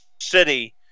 City